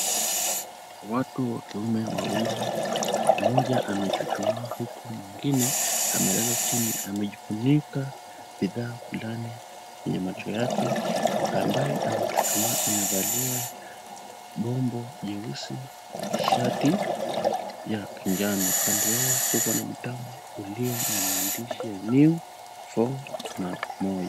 Watu wa kiume wawili mmoja amechuchumaa huku mwingine amelala chini amijifunika bidhaa fulani kwenye macho yake. Ambaye amechuchumaa amevalia gombo nyeusi shati ya kinjano, kando yao uko na mitambo ulio na maandishi ya new four na moja.